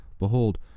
Behold